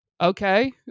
okay